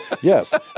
Yes